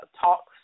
talks